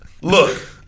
Look